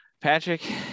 patrick